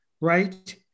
right